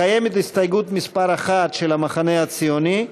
קיימת הסתייגות מס' 1 של המחנה הציוני,